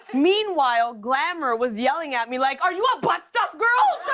meanwhile, glamour was yelling at me like, are you a butt stuff girl?